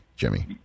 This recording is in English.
Jimmy